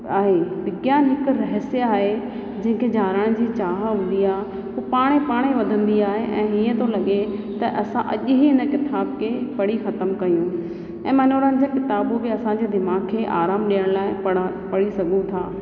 आहे विज्ञान हिकु रहस्य आहे जंहिं खे जाणण जी चाह हूंदी आहे हू पाण पाण ई वधंदी आहे ऐं हीअं थो लॻे त असां अॼु ई हिन किताब खे पढ़ी ख़तमु कयूं ऐं मनोरंजन किताबूं बि असां जे दिमाग़ खे आरामु ॾियणु पढ़ पढ़ी सघूं था